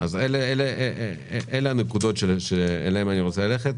אלה הנקודות שאליהן אני רוצה ללכת.